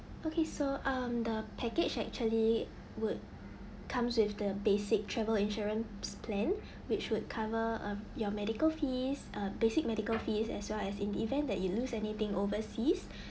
okay so um the package actually would comes with the basic travel insurance plan which would cover uh your medical fees uh basic medical fees as well as in the event that you lose anything overseas